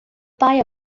pai